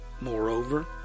Moreover